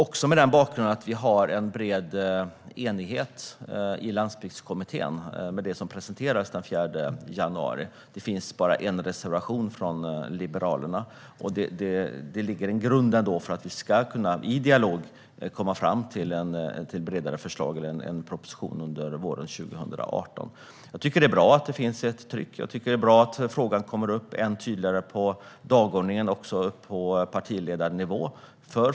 Vi har också en bred enighet i Landsbygdskommittén när det gäller det som presenterades den 4 januari. Det finns bara en reservation, från Liberalerna. Det ligger en grund för att vi i dialog ska kunna komma fram till bredare förslag och en proposition under våren 2018. Jag tycker att det är bra att det finns ett tryck och att denna fråga kommer upp tydligare på dagordningen, också på partiledarnivå.